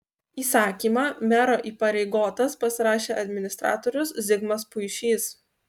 įsakymą mero įpareigotas pasirašė administratorius zigmas puišys